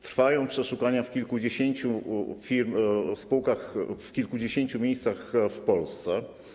Trwają przeszukania w kilkudziesięciu spółkach, w kilkudziesięciu miejscach w Polsce.